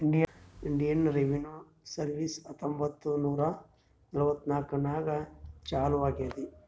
Indian revenue service ಹತ್ತೊಂಬತ್ತ್ ನೂರಾ ನಲ್ವತ್ನಾಕನಾಗ್ ಚಾಲೂ ಆಗ್ಯಾದ್